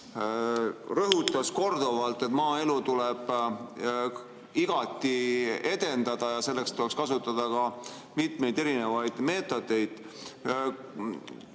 rõhutas korduvalt, et maaelu tuleb igati edendada ja selleks tuleks kasutada ka mitmeid erinevaid meetodeid.